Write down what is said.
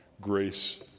grace